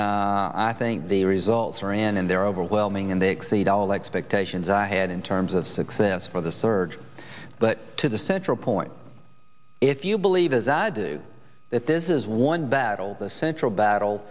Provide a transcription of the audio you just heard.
i think the results are in and they're overwhelming and they exceeded all expectations i had in terms of success for the surge but to the central point if you believe as i do that this is one battle the central battle